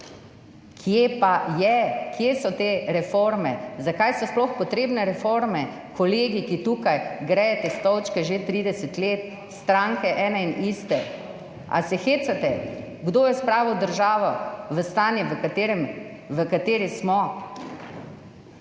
Kje pa je? Kje so te reforme? Zakaj so sploh potrebne reforme, kolegi, ki tukaj grejete stolčke ene in iste stranke že 30 let? Ali se hecate? Kdo je spravil državo v stanje, v katerem smo?